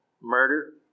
murder